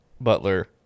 butler